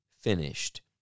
finished